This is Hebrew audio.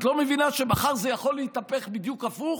את לא מבינה שמחר זה יכול להתהפך, בדיוק הפוך?